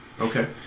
Okay